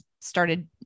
started